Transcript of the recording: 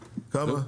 כמה?